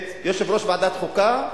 את יושב-ראש ועדת חוקה,